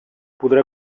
podrà